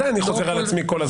ודאי אני חוזר על עצמי כל הזמן.